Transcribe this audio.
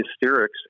hysterics